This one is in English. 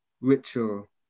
ritual